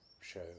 show